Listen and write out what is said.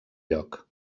lloc